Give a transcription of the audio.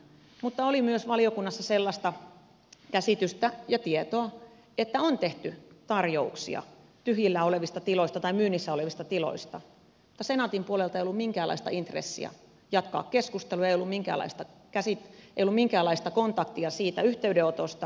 mutta oli myös valiokunnassa sellaista käsitystä ja tietoa että on tehty tarjouksia tyhjillään olevista tiloista tai myynnissä olevista tiloista mutta senaatin puolelta ei ollut minkäänlaista intressiä jatkaa keskustelua ei ollut minkäänlaista kontaktia siitä yhteydenotosta